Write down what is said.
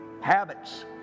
habits